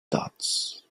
dots